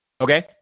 Okay